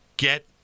get